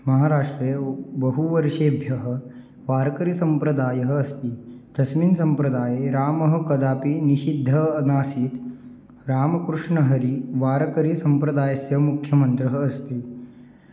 महाराष्ट्रे उ बहुवर्षेभ्यः वार्करिसम्प्रदायः अस्ति तस्मिन् सम्प्रदाये रामः कदापि निषिद्धः अनासीत् रामकृष्णहरिः वार्करीसम्प्रदायस्य मुख्यमन्त्रः अस्ति